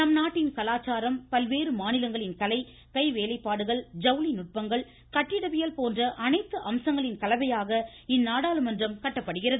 நம்நாட்டின் கலாச்சாரம் பல்வேறு மாநிலங்களின் கலை கைவேலைப்பாடுகள் ஜவுளி நுட்பங்கள் கட்டிடவியல் போன்ற அனைத்து அம்சங்களின் கலவையாக இந்நாடாளுமன்றம் கட்டப்படுகிறது